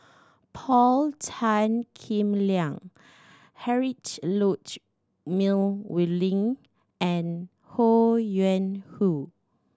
Paul Tan Kim Liang Heinrich meal we link and Ho Yuen Hoe